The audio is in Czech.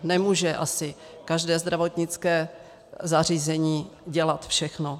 Nemůže asi každé zdravotnické zařízení dělat všechno.